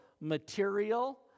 material